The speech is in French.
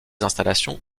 installations